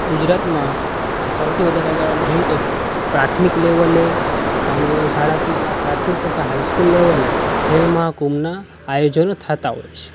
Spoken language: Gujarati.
ગુજરાતમાં સૌથી વધારે આજે જોઈએ તો પ્રાથમિક લેવલે અને શાળાકીય આ પ્રાથમિક તથા હાઈ સ્કૂલ લેવલે ખેલ મહાકુંભના આયોજનો થતાં હોય છે